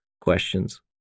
questions